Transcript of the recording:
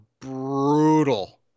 brutal